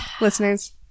listeners